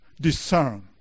discern